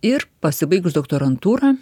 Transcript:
ir pasibaigus doktorantūrą